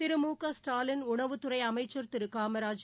திரு மு க ஸ்டாலின் உணவுத்துறை அமைச்சர் திரு காமராஜ்